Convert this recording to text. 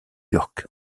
york